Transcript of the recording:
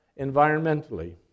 environmentally